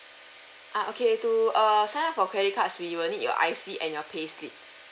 ah okay to err sign up for credit cards we will need your I_C and your payslip